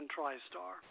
TriStar